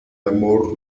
amor